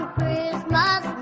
Christmas